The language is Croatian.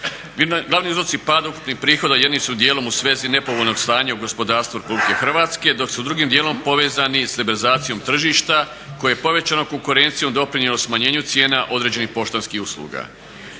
Glavni uzroci pada ukupnih prihoda jednim su dijelom u svezi nepovoljnog stanja u gospodarstvu RH, dok su drugim dijelom povezani stabilizacijom tržišta koje je povećanom konkurencijom doprinijelo smanjenju cijena određenih poštanskih usluga.